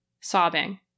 sobbing